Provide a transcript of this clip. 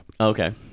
Okay